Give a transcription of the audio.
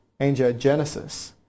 angiogenesis